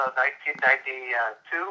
1992